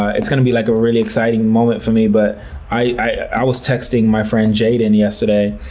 it's going to be like a really exciting moment for me. but i was texting my friend jaden yesterday,